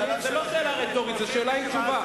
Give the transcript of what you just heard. זאת לא שאלה רטורית, זאת שאלה עם תשובה.